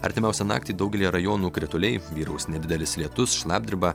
artimiausią naktį daugelyje rajonų krituliai vyraus nedidelis lietus šlapdriba